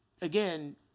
again